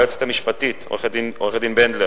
ליועצת המשפטית עורכת-הדין בנדלר,